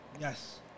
Yes